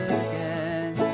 again